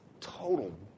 total